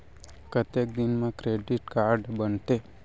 कतेक दिन मा क्रेडिट कारड बनते?